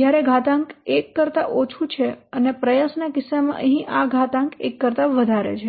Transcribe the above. જયારે ઘાતાંક 1 કરતા ઓછું છે અને પ્રયાસના કિસ્સામાં અહીં આ ઘાતાંક 1 કરતા વધારે છે